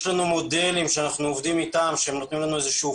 יש לנו מודלים איתם אנחנו עובדים והם נותנים לנו איזשהו